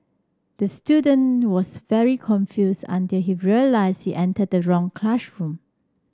the student was very confused until he realised he entered the wrong